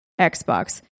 Xbox